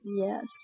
Yes